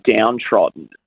downtrodden